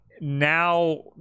now